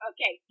Okay